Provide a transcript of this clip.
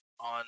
on